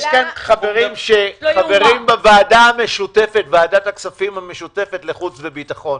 יש פה חברים בוועדת הכספים המשותפת לחוץ וביטחון.